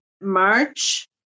March